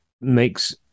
makes